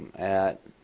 at